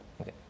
Okay